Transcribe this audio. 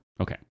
Okay